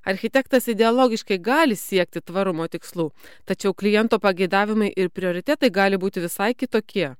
architektas ideologiškai gali siekti tvarumo tikslų tačiau kliento pageidavimai ir prioritetai gali būti visai kitokie